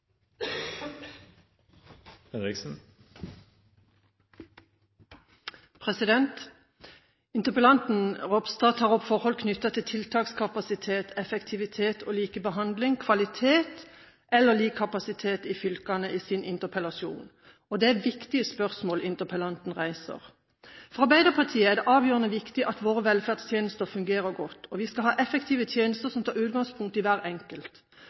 Interpellanten Ropstad tar opp forhold knyttet til tiltakskapasitet, effektivitet og likebehandling, kvalitet og lik kapasitet i fylkene i sin interpellasjon. Det er viktige spørsmål interpellanten reiser. For Arbeiderpartiet er det avgjørende viktig at våre velferdstjenester fungerer godt. Vi skal ha effektive tjenester som tar utgangspunkt i hver enkelt.